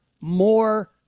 more